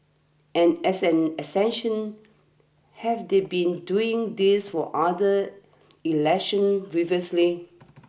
and as an extension have they been doing this for other elections previously